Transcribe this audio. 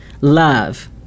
love